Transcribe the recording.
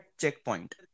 checkpoint